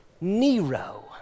Nero